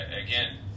again